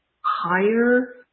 higher